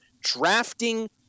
drafting